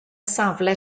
safle